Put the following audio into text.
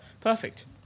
Perfect